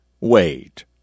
Wait